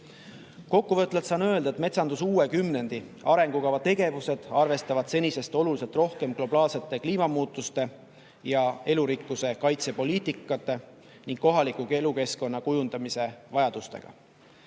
saan öelda, et metsanduse uue kümnendi arengukava tegevused arvestavad senisest oluliselt rohkem globaalsete kliimamuutuste ja elurikkuse kaitse poliitika ning kohaliku elukeskkonna kujundamise vajadustega.